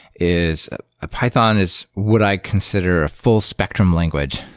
is ah python is what i consider a full spectrum language.